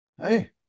hey